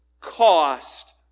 cost